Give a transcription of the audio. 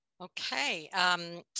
Okay